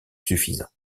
suffisant